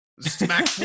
Smack